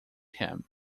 him